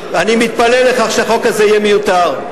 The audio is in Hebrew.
אני מתפלל לכך שהחוק הזה יהיה מיותר,